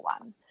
one